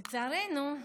לצערנו,